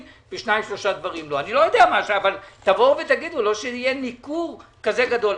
לא שיהיה ניכור כזה גדול.